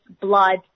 blood